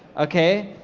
okay,